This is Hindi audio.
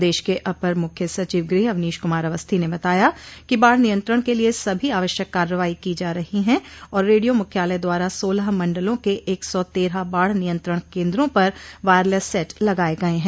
प्रदेश के अपर मुख्य सचिव गृह अवनीश कुमार अवस्थी ने बताया कि बाढ़ नियंत्रण के लिये सभी आवश्यक कार्रवाई की जा रही है और रेडियो मुख्यालय द्वारा सोलह मंडलों के एक सौ तेरह बाढ़ नियंत्रण केन्दों पर वायरलैस सेट लगाये गये हैं